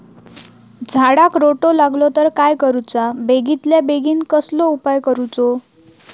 झाडाक रोटो लागलो तर काय करुचा बेगितल्या बेगीन कसलो उपाय करूचो?